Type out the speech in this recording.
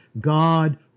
God